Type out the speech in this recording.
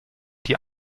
die